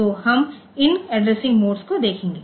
तो हम इन एड्रेसिंग मोड्स को देखेंगे